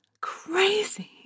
crazy